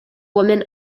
women